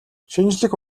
шинжлэх